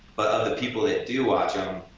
but other people that do watch em,